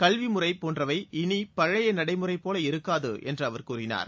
கல்விமுறை போன்றவை இனி பழைய நடைமுறை போல இருக்காது என்று அவர் கூறினார்